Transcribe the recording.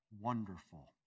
wonderful